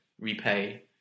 repay